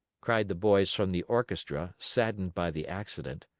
cried the boys from the orchestra, saddened by the accident.